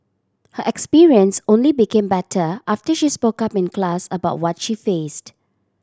her experience only became better after she spoke up in class about what she faced